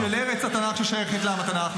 -- של ארץ התנ"ך ששייכת לעם התנ"ך,